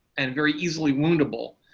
and very easily woundable.